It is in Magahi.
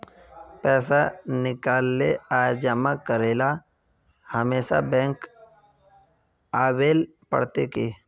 पैसा निकाले आर जमा करेला हमेशा बैंक आबेल पड़ते की?